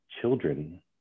children